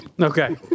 Okay